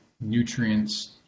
nutrients